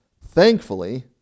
Thankfully